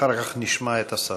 אחר כך נשמע את השר.